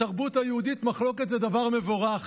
בתרבות היהודית מחלוקת זה דבר מבורך.